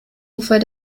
ufer